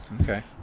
Okay